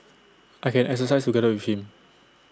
I can exercise together with him